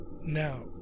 Now